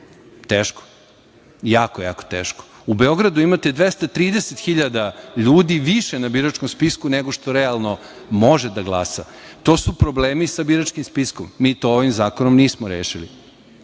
Teško, jako teško.U Beogradu imate 230.000 ljudi više na biračkom spisku, nego što realno može da glasa. To su problemi sa biračkim spiskom. Mi to ovim zakonom nismo rešili. Mediji.